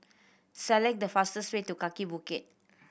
select the fastest way to Kaki Bukit